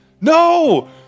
No